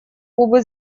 кубы